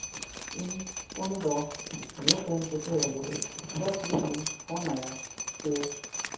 ᱤᱧ ᱩᱱᱤ ᱫᱚ ᱱᱤᱛ ᱦᱚᱸᱧ ᱠᱩᱥᱤᱭᱟᱭᱟ ᱡᱮ ᱡᱚᱵ ᱜᱮ ᱤᱧᱤᱧ ᱯᱷᱳᱱ ᱟᱭᱟ ᱥᱮ